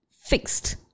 fixed